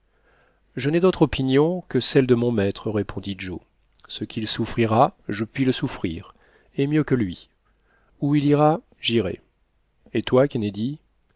je n'ai d'autre opinion que celle de mon maître répondit joe ce qu'il souffrira je puis le souffrir et mieux que lui où il ira j'irai et toi kennedy